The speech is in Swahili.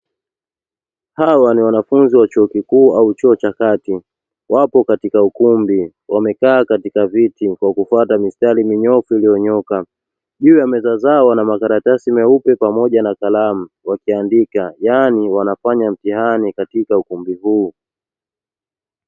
Hawa ni wanafunzi wa chuo kikuu au chuo cha kati; wapo katika ukumbi wamekaa katika viti kwa kufuata mistari minyoofu iliyoonyoka, juu ya meza zao wana makaratasi nyeupe pamoja na kalamu wakiandika; yaani wanafanya mtihani katika ukumbi huu.